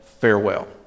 Farewell